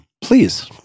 please